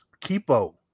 Kipo